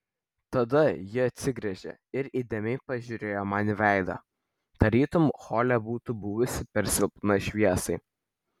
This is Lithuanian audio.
tada ji atsigręžė ir įdėmiai pažiūrėjo man į veidą tarytum hole būtų buvusi per silpna šviesa